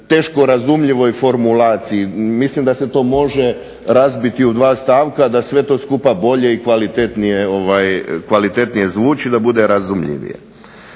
teško razumljivoj formulaciji. Mislim da se to može razbiti u dva stavka, da sve to skupa bolje i kvalitetnije zvuči, da bude razumljivije.